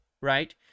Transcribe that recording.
right